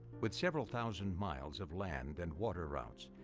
with several thousand miles of land and water routes,